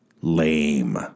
lame